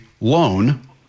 loan